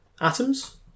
atoms